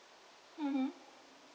mmhmm